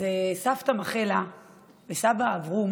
סבתא מכלה וסבא אברום